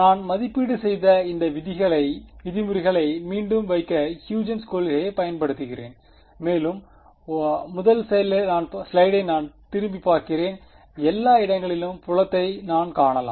நான் மதிப்பீடு செய்த இந்த விதிமுறைகளை மீண்டும் வைக்க ஹ்யூஜென்ஸ் huygen's கொள்கையைப் பயன்படுத்துகிறேன் மேலும் 1 ஸ்லைடை நான் திரும்பிப் பார்க்கிறேன் எல்லா இடங்களிலும் புலத்தை நான் காணலாம்